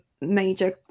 major